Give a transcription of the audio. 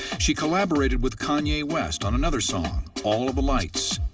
she collaborated with kanye west on another song, all of the lights.